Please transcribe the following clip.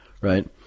Right